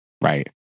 right